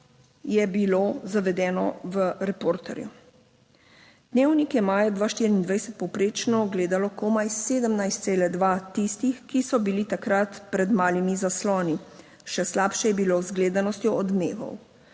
je bilo zavedeno v Reporterju. Dnevnik je maja 2024 povprečno ogledalo komaj 17,2 tistih, ki so bili takrat pred malimi zasloni. Še slabše je bilo z gledanostjo Odmevov.